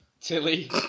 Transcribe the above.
Tilly